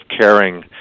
caring